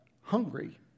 hungry